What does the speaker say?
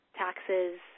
Taxes